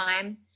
time